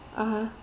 (uh huh)